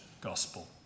gospel